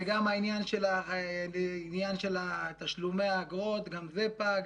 גם העניין של תשלומי האגרות, גם זה פג.